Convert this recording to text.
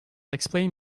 explain